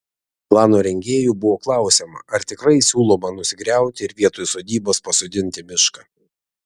plano rengėjų buvo klausiama ar tikrai siūloma nusigriauti ir vietoj sodybos pasodinti mišką